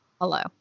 Hello